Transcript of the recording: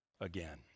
again